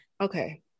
okay